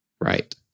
Right